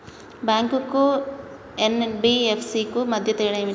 Bank కు NBFC కు మధ్య తేడా ఏమిటి?